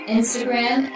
Instagram